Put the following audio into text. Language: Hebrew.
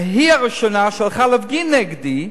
והיא הראשונה שהלכה להפגין נגדי.